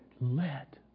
Let